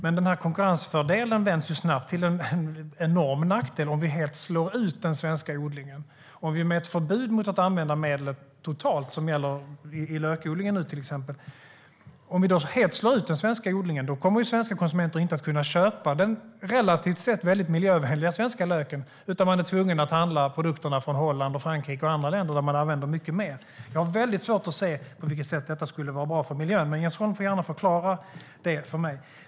Denna konkurrensfördel vänds dock snabbt till en enorm nackdel om vi helt slår ut den svenska odlingen. Om vi med ett förbud mot att använda medlen totalt, vilket nu gäller till exempel inom lökodlingen, helt slår ut den svenska odlingen kommer svenska konsumenter inte att kunna köpa exempelvis den relativt sett miljövänliga svenska löken utan vara tvungna att handla produkter från Holland, Frankrike och andra länder där man använder mycket mer av dessa medel. Jag har väldigt svårt att se på vilket sätt detta skulle vara bra för miljön, men Jens Holm får gärna förklara det för mig.